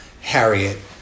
Harriet